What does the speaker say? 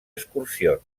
excursions